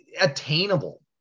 attainable